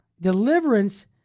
deliverance